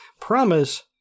promise